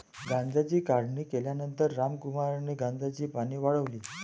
गांजाची काढणी केल्यानंतर रामकुमारने गांजाची पाने वाळवली